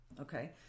Okay